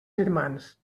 firmants